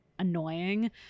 annoying